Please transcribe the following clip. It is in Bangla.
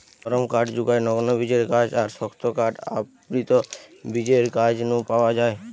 নরম কাঠ জুগায় নগ্নবীজের গাছ আর শক্ত কাঠ আবৃতবীজের গাছ নু পাওয়া যায়